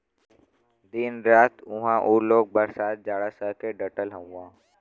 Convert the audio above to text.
दिन रात उहां उ लोग बरसात जाड़ा सह के डटल हउवन